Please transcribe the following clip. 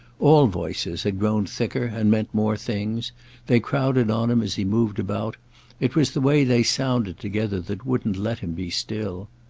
all voices had grown thicker and meant more things they crowded on him as he moved about it was the way they sounded together that wouldn't let him be still.